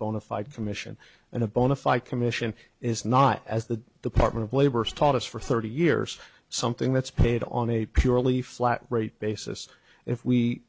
bona fide commission and a bona fide commission is not as the department of labor's taught us for thirty years something that's paid on a purely flat rate basis if we